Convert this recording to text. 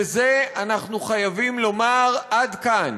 לזה אנחנו חייבים לומר: עד כאן.